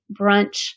brunch